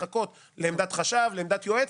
לחכות לעמדת החשב או היועץ.